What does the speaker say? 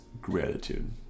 gratitude